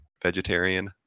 Vegetarian